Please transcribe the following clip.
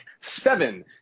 seven